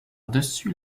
dessus